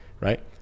right